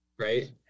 right